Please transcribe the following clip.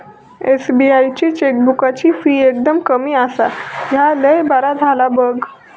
SBI ची चेकबुकाची fee एकदम कमी आसा, ह्या लय बरा झाला बघ